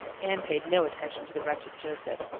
anne paid no attention to the wretched joseph.